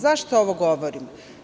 Zašto ovo govorim?